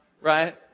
right